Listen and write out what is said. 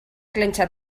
clenxa